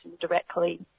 directly